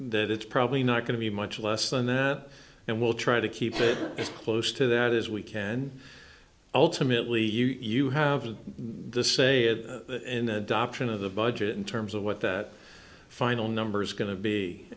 that it's probably not going to be much less than that and we'll try to keep it as close to that as we can ultimately you have the say in the adoption of the budget in terms of what that final numbers are going to be